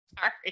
Sorry